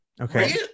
Okay